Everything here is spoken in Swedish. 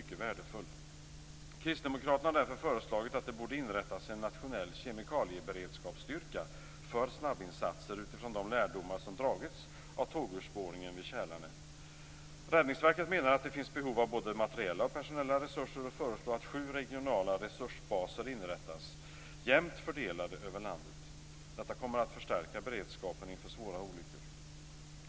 Kristdemokraterna har därför föreslagit att en nationell kemikalieberedskapsstyrka för snabbinsatser inrättas utifrån de lärdomar som dragits av tågurspårningen vid Kälarne. Räddningsverket menar att det finns behov av både materiella och personella resurser och föreslår att sju regionala resursbaser inrättas jämnt fördelade över landet. Detta kommer att förstärka beredskapen inför svåra olyckor.